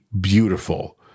beautiful